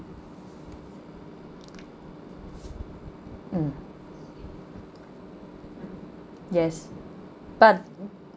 mm yes but